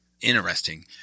interesting